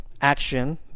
action